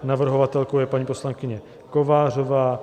Navrhovatelkou je paní poslankyně Kovářová.